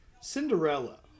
Cinderella